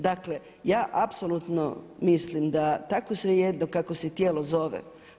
Dakle, ja apsolutno mislim da tako je svejedno kako se tijelo zove.